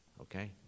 Okay